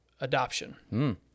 adoption